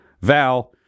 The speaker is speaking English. Val